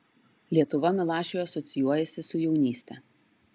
lietuva milašiui asocijuojasi su jaunyste